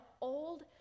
old